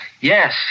yes